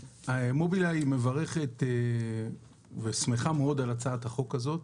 מובילאיי מברכת ושמחה מאוד על הצעת החוק הזאת.